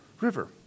River